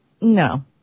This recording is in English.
No